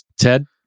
Ted